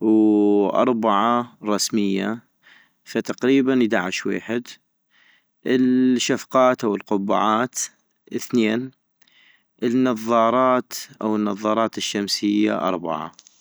واربعة رسمية ، فتقريبا ادعش ويحد - الشفقات او القبعات ثنين - النظارات او النظارات الشمسية اربعة